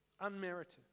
unmerited